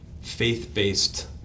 faith-based